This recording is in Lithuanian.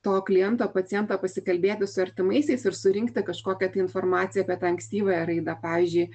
to kliento paciento pasikalbėti su artimaisiais ir surinkti kažkokią tai informaciją apie tą ankstyvąją raidą pavyzdžiui